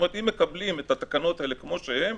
אם מקבלים את התקנות האלה כמו שהן,